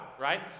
right